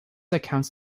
accounts